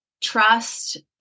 trust